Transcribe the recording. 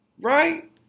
Right